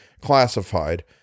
classified